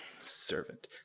Servant